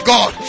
God